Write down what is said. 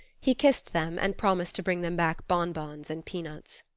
he kissed them and promised to bring them back bonbons and peanuts.